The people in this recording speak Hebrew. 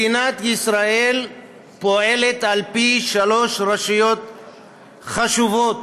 מדינת ישראל פועלת על פי שלוש רשויות חשובות,